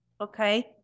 Okay